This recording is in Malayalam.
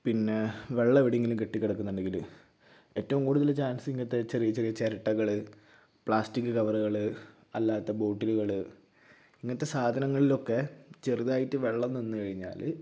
പിന്നെ വെള്ളം എവിടെയെങ്കിലും കെട്ടിക്കിടക്കുന്നുണ്ടെങ്കിൽ ഏറ്റവും കൂടുതൽ ചാൻസ് ഇങ്ങനത്തെ ചെറിയ ചെറിയ ചിരട്ടകൾ പ്ലാസ്റ്റിക് കവറുകൾ അല്ലാത്ത ബോട്ടിലുകൾ ഇങ്ങനത്തെ സാധനങ്ങളിലൊക്കെ ചെറുതായിട്ട് വെള്ളം നിന്നു കഴിഞ്ഞാൽ